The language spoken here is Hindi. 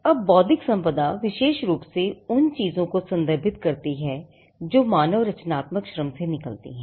अब बौद्धिक संपदा विशेष रूप से उन चीजों को संदर्भित करती है जो मानव रचनात्मक श्रम से निकलती हैं